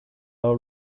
low